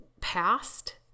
past